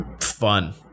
fun